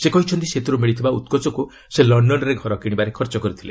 ସେ କହିଛନ୍ତି ସେଥିରୁ ମିଳିଥିବା ଉତ୍କୋଚକୁ ସେ ଲକ୍ଷନରେ ଘର କିଶିବାରେ ଖର୍ଚ୍ଚ କରିଥିଲେ